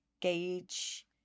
gauge